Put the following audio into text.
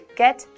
get